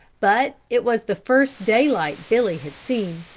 but it was the first daylight billy had seen,